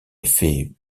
effet